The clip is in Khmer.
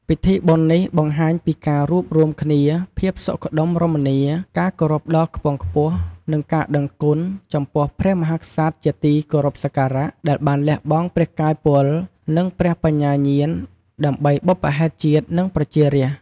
ពីធីបុណ្យនេះបង្ហាញពី ការរួបរួមគ្នា ភាពសុខដុមរមនា ការគោរពដ៏ខ្ពង់ខ្ពស់ និងការដឹងគុណ ចំពោះព្រះមហាក្សត្រជាទីគោរពសក្ការៈ ដែលបានលះបង់ព្រះកាយពល និងព្រះបញ្ញាញាណដើម្បីបុព្វហេតុជាតិ និងប្រជារាស្ត្រ។